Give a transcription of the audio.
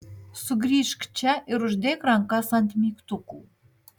sugrįžk čia ir uždėk rankas ant mygtukų